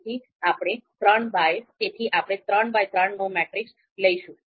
તેથી આપણે ત્રણ બાય ત્રણનો મેટ્રિક્સ લઈશું